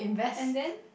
and then